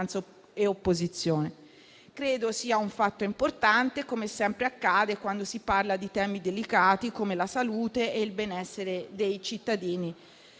e opposizione; credo sia un fatto importante, come sempre accade quando si parla di temi delicati come la salute e il benessere dei cittadini